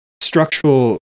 structural